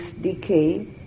decay